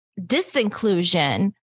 disinclusion